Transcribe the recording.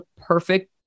perfect